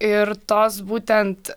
ir tos būtent